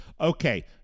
Okay